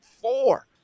four